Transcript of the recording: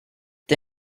the